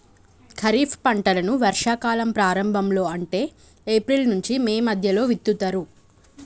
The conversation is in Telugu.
ఖరీఫ్ పంటలను వర్షా కాలం ప్రారంభం లో అంటే ఏప్రిల్ నుంచి మే మధ్యలో విత్తుతరు